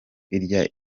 irya